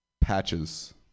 patches